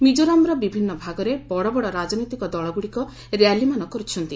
ମିକୋରାମ୍ର ବିଭିନ୍ନ ଭାଗରେ ବଡ଼ ବଡ଼ ରାଜନୈତିକ ଦଳଗୁଡ଼ିକ ର୍ୟାଲିମାନ କରୁଛନ୍ତି